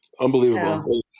Unbelievable